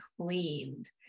cleaned